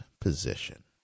position